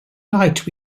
night